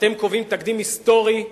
אתם קובעים תקדים היסטורי,